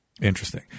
Interesting